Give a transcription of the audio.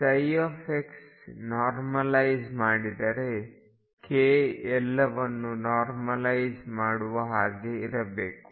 ψ normalise ಮಾಡಿದರೆ k ಎಲ್ಲವನ್ನು normalise ಮಾಡುವಹಾಗೆ ಇರಬೇಕು